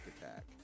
attack